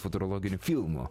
futurologinių filmų